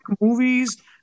movies